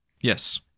Yes